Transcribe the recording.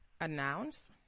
Announce